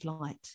light